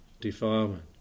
defilement